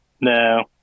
No